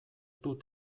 dut